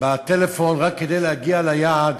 בטלפון רק כדי להגיע ליעד